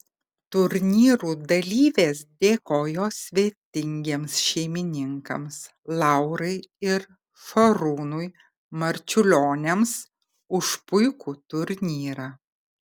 turnyrų dalyvės dėkojo svetingiems šeimininkams laurai ir šarūnui marčiulioniams už puikų turnyrą